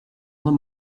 them